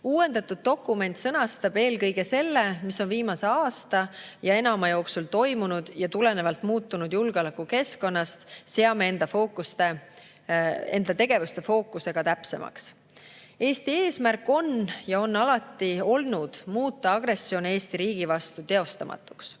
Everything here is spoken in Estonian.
Uuendatud dokument sõnastab eelkõige selle, mis on [eelkõige] viimase aasta, aga ka enama aja jooksul toimunud. Tulenevalt muutunud julgeolekukeskkonnast seame enda tegevuste fookuse täpsemaks. Eesti eesmärk on alati olnud muuta agressioon Eesti riigi vastu teostamatuks.